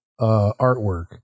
artwork